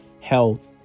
health